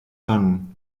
son